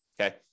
Okay